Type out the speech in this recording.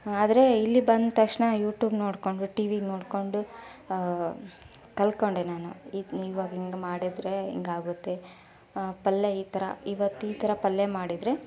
ಆದರೆ ಇಲ್ಲಿ ಬಂದ ತಕ್ಷಣ ಯೂಟ್ಯೂಬ್ ನೋಡಿಕೊಂಡು ಟಿವಿ ನೋಡಿಕೊಂಡು ಕಲ್ತ್ಕೊಂಡೆ ನಾನು ಈಗ ಇವಾಗ ಹಿಂಗ್ ಮಾಡಿದರೆ ಹಿಂಗ್ ಆಗುತ್ತೆ ಪಲ್ಯ ಈ ಥರ ಇವತ್ತು ಈ ಥರ ಪಲ್ಯ ಮಾಡಿದರೆ